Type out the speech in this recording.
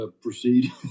proceed